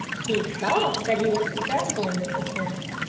he thought that he was successful in this attempt.